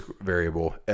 variable